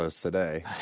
today